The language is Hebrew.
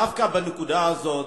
דווקא בנקודה הזאת,